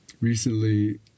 Recently